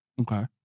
okay